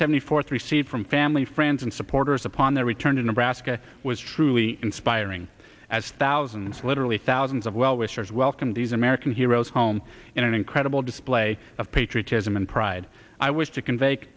seventy fourth receive from family friends and supporters upon their return to nebraska was truly inspiring as thousands literally thousands of well wishers welcome these american heroes home in an incredible display of patriotism and pride i wish to c